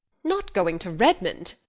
not going to redmond!